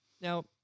now